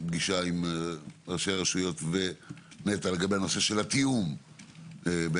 פגישה עם ראשי רשויות לגבי הנושא של התיאום בין